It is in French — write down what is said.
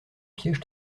piège